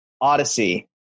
odyssey